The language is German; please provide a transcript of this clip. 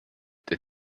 der